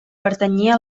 pertanyia